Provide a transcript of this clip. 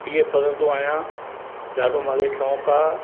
हीअ पढ़ंदो आहियां ॾाढो मूंखे शौंक़ु आहे